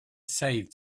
saved